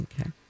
okay